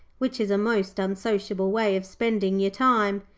which is a most unsociable way of spending your time.